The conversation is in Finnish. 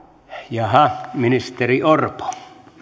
jaha ministeri orpo